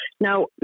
Now